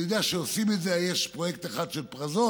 אני יודע שעושים את זה, יש פרויקט אחד של פרזות,